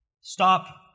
Stop